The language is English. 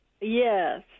Yes